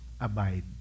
Abide